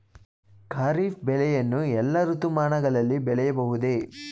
ಖಾರಿಫ್ ಬೆಳೆಯನ್ನು ಎಲ್ಲಾ ಋತುಮಾನಗಳಲ್ಲಿ ಬೆಳೆಯಬಹುದೇ?